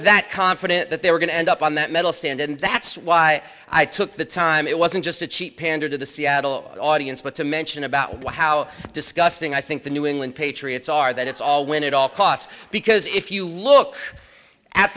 that confident that they were going to end up on that medal stand and that's why i took the time it wasn't just a cheap pander to the seattle audience but to mention about how disgusting i think the new england patriots are that it's all win at all costs because if you look at